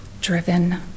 driven